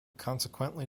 consequently